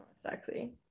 Sexy